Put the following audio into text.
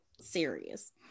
serious